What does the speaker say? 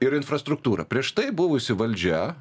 ir infrastruktūra prieš tai buvusi valdžia